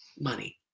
money